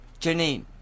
Janine